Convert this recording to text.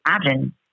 imagine